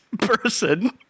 Person